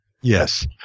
Yes